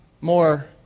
more